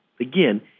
Again